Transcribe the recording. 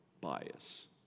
bias